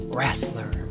Wrestler